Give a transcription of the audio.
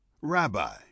rabbi